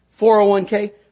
401k